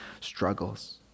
struggles